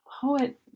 poet